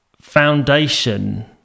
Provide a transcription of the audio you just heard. foundation